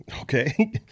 Okay